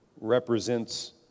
represents